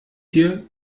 hier